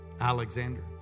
Alexander